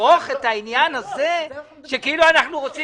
לכרוך את העניין הזה שכאילו אנחנו רוצים